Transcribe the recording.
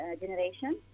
generation